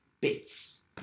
bits